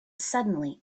suddenly